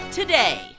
today